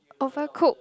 overcooked